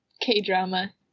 K-drama